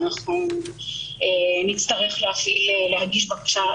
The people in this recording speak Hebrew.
אנחנו נצטרך להגיש בקשה,